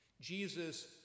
Jesus